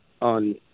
on